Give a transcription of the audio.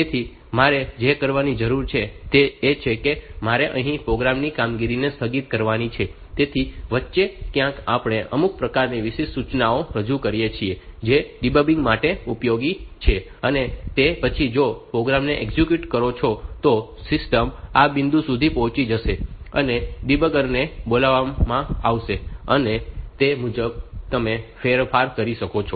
તેથી મારે જે કરવાની જરૂર છે તે એ છે કે મારે અહીં પ્રોગ્રામ ની કામગીરીને સ્થગિત કરવાની છે અને તેની વચ્ચે ક્યાંક આપણે અમુક પ્રકારની વિશિષ્ટ સૂચનાઓ રજૂ કરીએ છીએ જે ડીબગીંગ માટે ઉપયોગી છે અને તે પછી જો તમે પ્રોગ્રામને એક્ઝિક્યુટ કરો છો તો સિસ્ટમ આ બિંદુ સુધી પહોંચી જશે અને ડીબગર ને બોલાવવામાં આવશે અને તે મુજબ તમે ફેરફાર કરી શકો છો